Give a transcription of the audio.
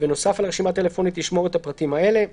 ונוסף על הרשימה הטלפונית ישמור את הפרטים האלה: